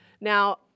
now